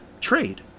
trade